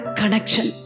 connection